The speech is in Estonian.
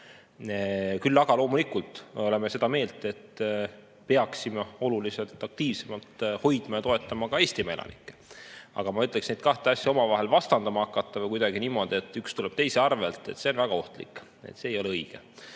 oleme loomulikult seda meelt, et me peaksime oluliselt aktiivsemalt hoidma ja toetama ka Eestimaa elanikke. Aga ma ütleksin, et neid kahte asja omavahel vastandama hakata või öelda kuidagi niimoodi, et üks tuleb teise arvelt, on väga ohtlik. See ei ole õige.